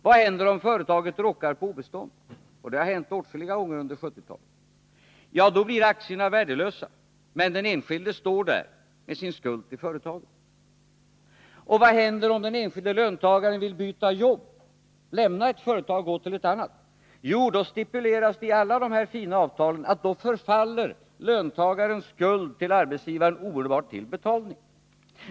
Vad händer om ett företag råkar på obestånd? Det har hänt åtskilliga gånger under 1970-talet. Ja, då blir aktierna värdelösa, men den enskilde står där med sin skuld till företaget. Och vad händer om den enskilde löntagaren vill byta jobb, lämna ett företag och gå till ett annat? Jo, det stipuleras i alla de här fina avtalen att löntagarens skuld till arbetsgivaren omedelbart förfaller till betalning.